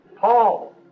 Paul